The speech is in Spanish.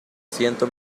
ciento